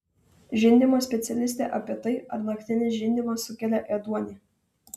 žindymo specialistė apie tai ar naktinis žindymas sukelia ėduonį